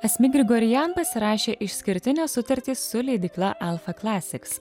asmik grigorian pasirašė išskirtinę sutartį su leidykla alfa klasiks